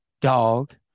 Dog